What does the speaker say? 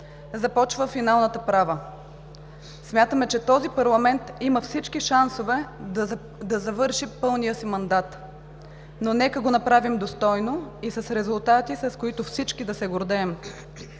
Започва финалната права. Смятаме, че този парламент има всички шансове да завърши пълния си мандат. Но нека да го направим достойно и с резултати, с които всички да се гордеем.